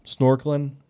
snorkeling